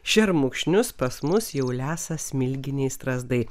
šermukšnius pas mus jau lesa smilginiai strazdai